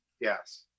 Yes